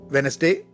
Wednesday